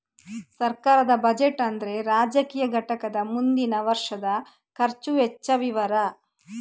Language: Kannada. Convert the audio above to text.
ಸರ್ಕಾರದ ಬಜೆಟ್ ಅಂದ್ರೆ ರಾಜಕೀಯ ಘಟಕದ ಮುಂದಿನ ವರ್ಷದ ಖರ್ಚು ವೆಚ್ಚ ವಿವರ